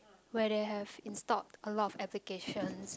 where they have installed a lot of applications